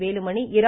Velumani Ira